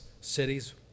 cities